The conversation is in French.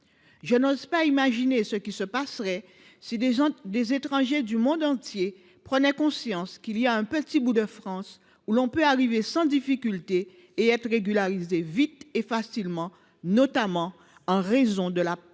Je n’ose imaginer ce qui adviendrait si des étrangers du monde entier prenaient conscience qu’il existe un petit bout de France où l’on peut arriver sans difficulté et être régularisé vite et facilement, notamment en raison de la partition